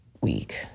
week